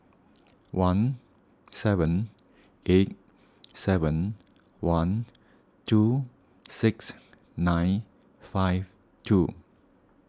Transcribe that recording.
one seven eight seven one two six nine five two